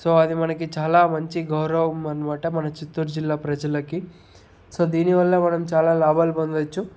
so అది మనకి చాలా మంచి గౌరవం అనమాట మన చిత్తూరు జిల్లా ప్రజలకి సో దీని వల్ల కూడా మనము చాలా లాభాలు పొందవచ్చు